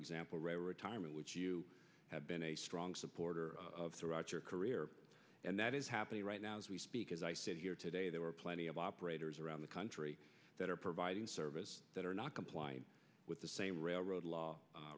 example retirement which you have been a strong supporter of throughout your career and that is happening right now as we speak as i sit here today there are plenty of operators around the country that are providing service that are not complying with the same railroad law